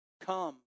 come